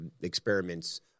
experiments